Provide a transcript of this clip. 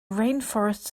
rainforests